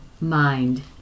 mind